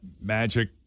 magic